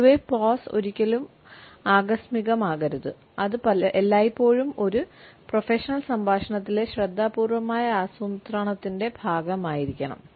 പൊതുവേ പോസ് ഒരിക്കലും ആകസ്മികമാകരുത് അത് എല്ലായ്പ്പോഴും ഒരു പ്രൊഫഷണൽ സംഭാഷണത്തിലെ ശ്രദ്ധാപൂർവമായ ആസൂത്രണത്തിന്റെ ഭാഗമായിരിക്കണം